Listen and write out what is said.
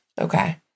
Okay